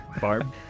Barb